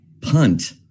punt